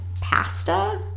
Pasta